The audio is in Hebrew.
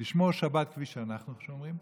לשמור שבת כפי שאנחנו שומרים,